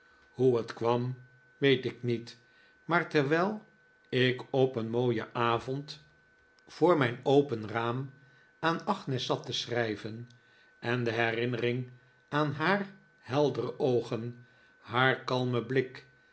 hoe het kwam weet ik niet maar terwijl ik op een mooien avond voor mijn open raam aan agnes zat te schrijven en de herinnering aan haar heldere oogen haar kalmen blik